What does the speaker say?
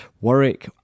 warwick